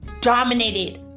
dominated